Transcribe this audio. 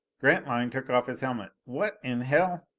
grantline took off his helmet. what in hell